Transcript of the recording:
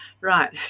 Right